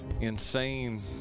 insane